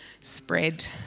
spread